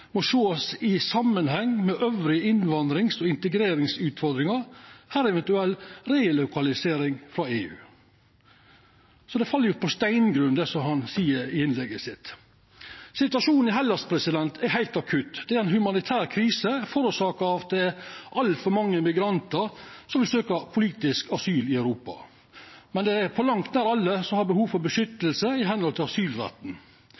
må sees i sammenheng med øvrige innvandrings- og integreringsutfordringer, herunder eventuell relokalisering fra EU.» Det fell på steingrunn, det han seier i innlegget sitt. Situasjonen i Hellas er heilt akutt. Det er ei humanitær krise, forårsaka av at det er altfor mange immigrantar som søkjer politisk asyl i Europa. Men på langt nær alle har behov for